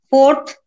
Fourth